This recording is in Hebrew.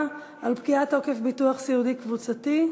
על פקיעת תוקף ביטוח סיעודי קבוצתי,